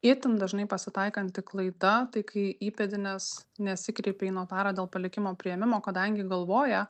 itin dažnai pasitaikanti klaida tai kai įpėdinis nesikreipia į notarą dėl palikimo priėmimo kadangi galvoja